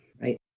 Right